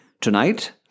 tonight